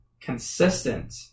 consistent